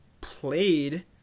played